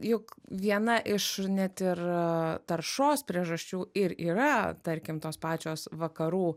juk viena iš net ir taršos priežasčių ir yra tarkim tos pačios vakarų